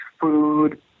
food